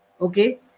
Okay